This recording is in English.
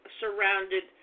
surrounded